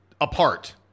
apart